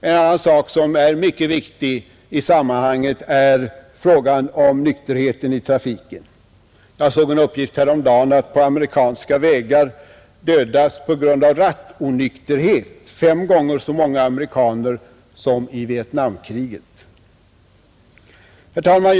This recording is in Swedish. En annan mycket viktig sak i sammanhanget är nykterheten i trafiken. Jag såg en uppgift häromdagen att på amerikanska vägar dödas på grund av rattonykterhet fem gånger så många amerikaner som i Vietnamkriget. Herr talman!